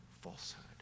falsehood